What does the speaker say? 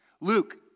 Luke